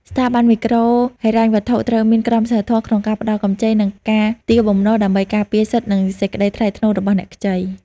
ស្ថាប័នមីក្រូហិរញ្ញវត្ថុត្រូវមានក្រមសីលធម៌ក្នុងការផ្ដល់កម្ចី និងការទារបំណុល ដើម្បីការពារសិទ្ធិ និងសេចក្ដីថ្លៃថ្នូររបស់អ្នកខ្ចី។